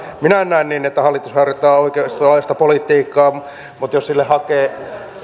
minä en näe niin että hallitus harjoittaa oikeistolaista politiikkaa mutta jos sille hakee